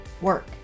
work